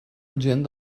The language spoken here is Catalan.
urgent